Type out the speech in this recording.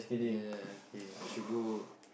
ya okay you should go